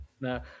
No